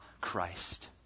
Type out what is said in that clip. Christ